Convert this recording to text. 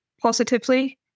positively